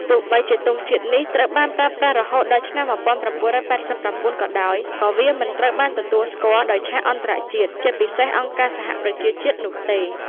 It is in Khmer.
ទោះបីជាទង់នេះត្រូវបានប្រើប្រាស់រហូតដល់ឆ្នាំ១៩៨៩ ក៏ដោយ ក៏វាមិនត្រូវបានទទួលស្គាល់ដោយឆាកអន្តរជាតិ ជាពិសេសអង្គការសហប្រជាជាតិនោះទេ។